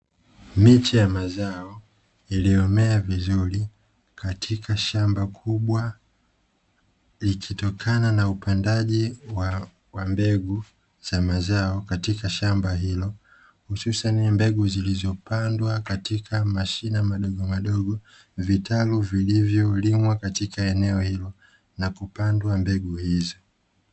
Miche ya mazao iliyomea vizuri katika shamba kubwa, likitokana na upandaji wa mbegu za mazao katika shamba hilo. Hususani mbegu zilizopandwa katika mashina madogo madogo, vitalu vilivolimwa katika eneo hilo na kupandwa mbegu hizo.